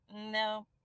no